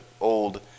old